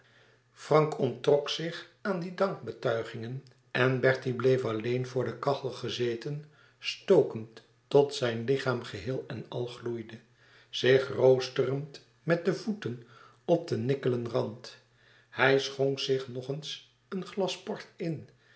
frank onttrok zich aan die dankbetuigingen en bertie bleef alleen voor de kachel gezeten stokend tot zijn lichaam geheel en al gloeide zich roosterend met de voeten op den nikkelen rand hij schonk zich nog eens een glas port in